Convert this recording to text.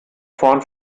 vorn